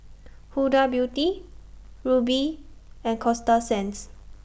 Huda Beauty Rubi and Coasta Sands